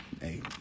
Hey